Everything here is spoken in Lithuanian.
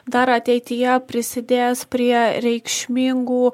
dar ateityje prisidės prie reikšmingų